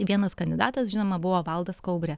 vienas kandidatas žinoma buvo valdas kaubrė